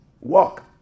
walk